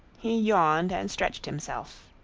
he yawned and stretched himself.